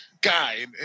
guy